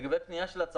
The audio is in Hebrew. יעקב, למה חזרת לזה?